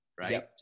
right